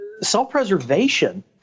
self-preservation